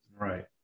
right